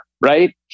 right